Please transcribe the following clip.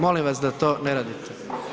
Molim vas da to ne radite.